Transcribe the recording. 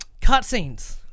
Cutscenes